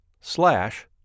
slash